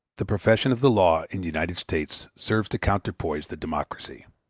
the profession of the law in the united states serves to counterpoise the democracy